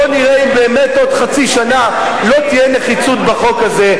בוא נראה אם באמת בעוד חצי שנה לא תהיה נחיצות בחוק הזה,